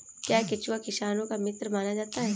क्या केंचुआ किसानों का मित्र माना जाता है?